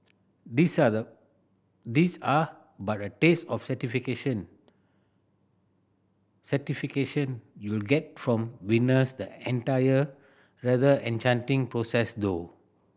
these are the these are but a taste of satisfaction satisfaction you'll get from witnessing the entire rather enchanting process though